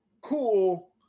Cool